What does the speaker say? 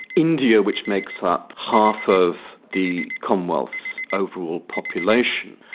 india which makes up half of the commonwealth's overall population,